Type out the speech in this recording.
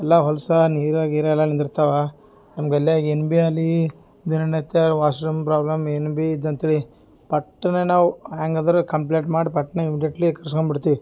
ಎಲ್ಲ ಹೊಲ್ಸು ನೀರು ಗಿರೆಲ್ಲ ನಿಂದಿರ್ತವ ನಮ್ಗೆಲ್ಲ ಏನು ಬಿ ಅಲ್ಲಿ ದಿನನಿತ್ಯ ವಾಶ್ರೂಮ್ ಪ್ರಾಬ್ಲಮ್ ಏನು ಬಿ ಇದು ಅಂತೇಳಿ ಪಟ್ಟನೆ ನಾವು ಹ್ಯಾಂಗದ್ರೆ ಕಂಪ್ಲೇಂಟ್ ಮಾಡಿ ಪಟ್ಟ್ನೇ ಇಮಿಡೆಟ್ಲಿ ಕರ್ಸ್ಕೊಂಡ್ಬಿಡ್ತಿವಿ